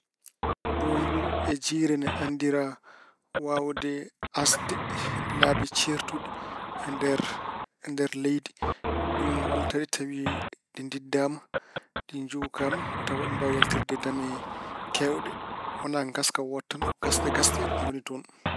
Doomburu e jiire ine anndira waawde asde laabi ceertuɗi e nder- nder leydi. Ko ɗum wallata ɗe tawi ɗe ndiddaama, ɗi njuukaama tawa aɗi mbaawi yaltirde dame keewɗe. Wona gaska woota, ko gasɗe gasɗe woni toon.